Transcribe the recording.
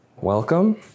Welcome